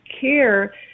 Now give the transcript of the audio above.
care